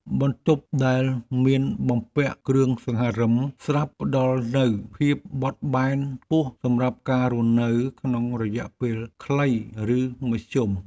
បន្ទប់ដែលមានបំពាក់គ្រឿងសង្ហារិមស្រាប់ផ្ដល់នូវភាពបត់បែនខ្ពស់សម្រាប់ការរស់នៅក្នុងរយៈពេលខ្លីឬមធ្យម។